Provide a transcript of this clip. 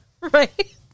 Right